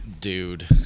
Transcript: dude